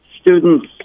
students